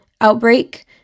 outbreak